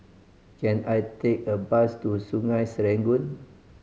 can I take a bus to Sungei Serangoon